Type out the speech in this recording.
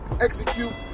execute